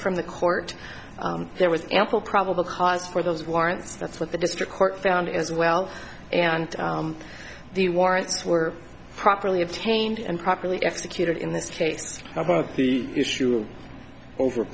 from the court there was ample probable cause for those warrants that's what the district court found as well and the warrants were properly obtained and properly executed in this case about the issue o